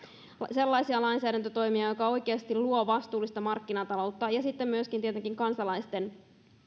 sellaisia lainsäädäntötoimia jotka oikeasti luovat vastuullista markkinataloutta ja sitten myöskin tietenkin kansalaisten